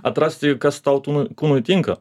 atrasti kas tau tūnui kūnui tinka